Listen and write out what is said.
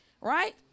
right